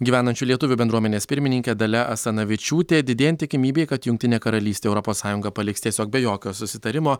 gyvenančių lietuvių bendruomenės pirmininkė dalia asanavičiūtė didėjant tikimybei kad jungtinė karalystė europos sąjungą paliks tiesiog be jokio susitarimo